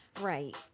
Right